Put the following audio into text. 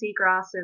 seagrasses